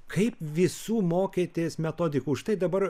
kaip visų mokėtės metodikų štai dabar